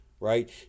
Right